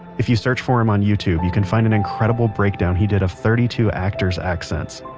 if you search for him on youtube, you can find an incredible breakdown he did of thirty two actors accents.